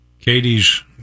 katie's